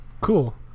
Cool